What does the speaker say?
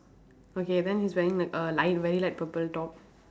okay then he is wearing like a light very light purple top